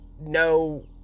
no